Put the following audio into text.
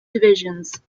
divisions